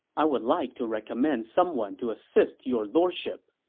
i would like to recommend someone to assist your lordship.